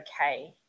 okay